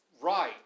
right